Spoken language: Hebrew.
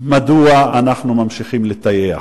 מדוע אנחנו ממשיכים לטייח?